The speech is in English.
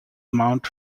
mount